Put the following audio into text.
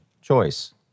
choice